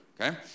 Okay